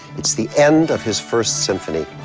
it's the end of his first symphony,